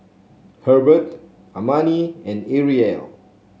Hebert Amani and Arielle